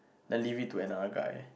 then leave it to another guy